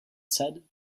said